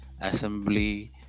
assembly